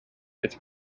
its